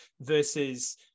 versus